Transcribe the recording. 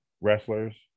wrestlers